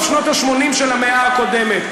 מאוד מתאימה לשנות ה-80 של המאה הקודמת.